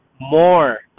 more